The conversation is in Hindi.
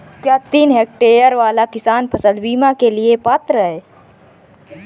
क्या तीन हेक्टेयर वाला किसान फसल बीमा के लिए पात्र हैं?